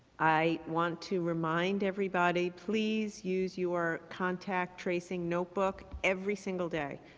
i want to remind everybody, please use your contact tracing notebook every single day.